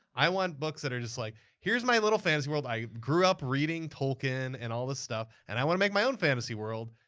i want books that are just like, here's my little fantasy world. i grew up reading tolkien and all the stuff, and i want to make my own fantasy world.